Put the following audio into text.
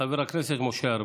חבר הכנסת משה ארבל.